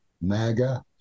MAGA